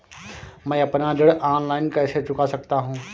मैं अपना ऋण ऑनलाइन कैसे चुका सकता हूँ?